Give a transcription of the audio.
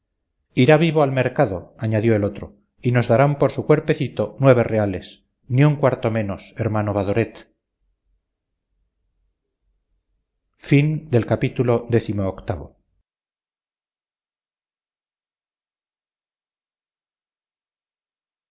irá vivo al mercado añadió el otro y nos darán por su cuerpecito nueve reales ni un cuarto menos hermano badoret